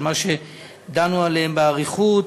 של מה שדנו בו באריכות,